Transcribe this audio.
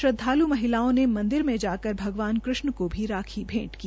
श्रद्वालु महिलाओं ने मंदिर जाकर भगवान कृष्ण को भी राखी भेंट की